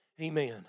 Amen